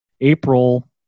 April